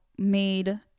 made